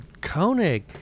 Koenig